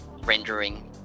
rendering